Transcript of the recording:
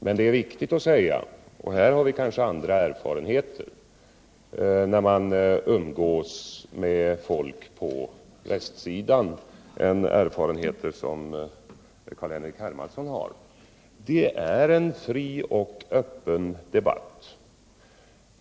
Men det är viktigt att framhålla — och här har jag möjligen andra erfarenheter från umgänget med folk på västsidan än Carl-Henrik Hermansson har — att det här handlar om en fri och öppen debatt.